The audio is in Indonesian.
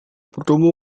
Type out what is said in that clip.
pertama